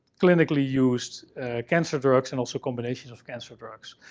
clinically used cancer drugs, and also combinations of cancer drugs.